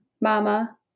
Mama